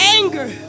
anger